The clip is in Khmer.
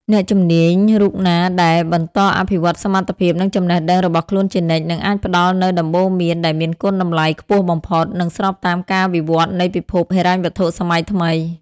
អ្នកជំនាញរូបណាដែលបន្តអភិវឌ្ឍសមត្ថភាព និងចំណេះដឹងរបស់ខ្លួនជានិច្ច នឹងអាចផ្ដល់នូវដំបូន្មានដែលមានគុណតម្លៃខ្ពស់បំផុត និងស្របតាមការវិវត្តនៃពិភពហិរញ្ញវត្ថុសម័យថ្មី។